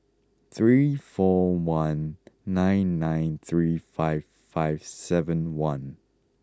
three four one nine nine three five five seven one